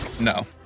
no